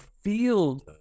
field